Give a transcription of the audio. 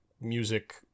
music